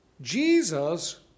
Jesus